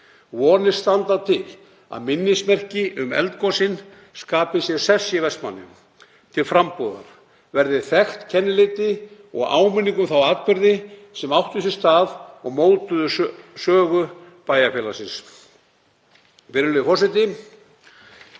Vonir standa til að minnismerki um eldgosin skapi sér sess í Vestmannaeyjum til frambúðar, verði þekkt kennileiti og áminning um þá atburði sem áttu sér stað og mótuðu sögu bæjarfélagsins.